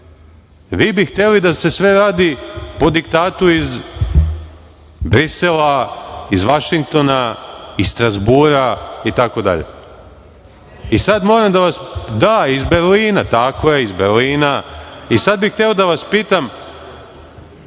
Vi bi hteli da se sve radi po diktatu iz Brisela, iz Vašingtona, iz Strazbura, itd. Da, iz Berlina, tako je, iz Berlina. Sada bih hteo da vas pitam,